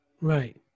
Right